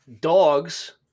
Dogs